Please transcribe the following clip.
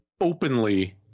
openly